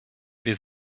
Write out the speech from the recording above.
wir